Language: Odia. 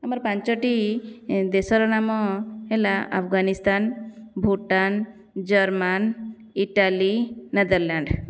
ଆମର ପାଞ୍ଚଟି ଦେଶର ନାମ ହେଲା Afghanistan Bhutan German Italy Netherland